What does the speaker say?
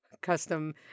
custom